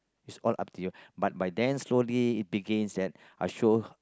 is all up to you but by then slowly it begins I show